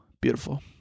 beautiful